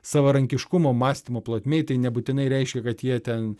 savarankiškumo mąstymo plotmėj tai nebūtinai reiškia kad jie ten